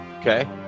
okay